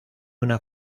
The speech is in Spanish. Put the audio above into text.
una